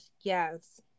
Yes